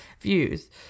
views